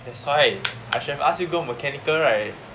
that's why I should have asked you go mechanical right